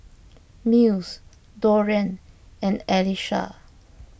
Mills Dorian and Alesha